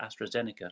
AstraZeneca